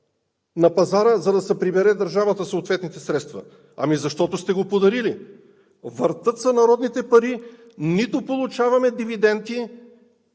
на пазара, за да си прибере държавата съответните средства! Ами защото сте го подарили! Въртят се народните пари – нито получаваме дивиденти,